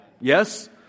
Yes